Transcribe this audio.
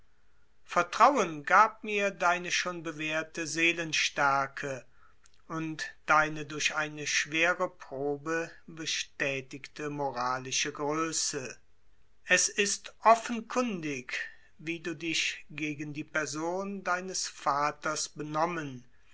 vertrauen gab mir deine schon bewährte seelenstärke und deine durch eine schwere probe bestätige moralische größe es ist offenkundig wie du dich gegen die personen deines vaters benommen